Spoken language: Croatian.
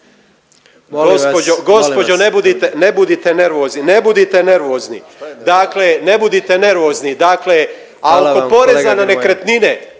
Gospođo ne budite nervozni, ne budite nervozni, dakle ne budite nervozni. …/Upadica predsjednik: